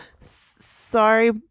Sorry